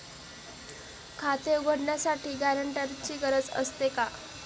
खाते उघडण्यासाठी गॅरेंटरची गरज असते का?